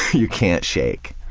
you can't shake.